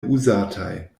uzataj